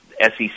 SEC